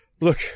Look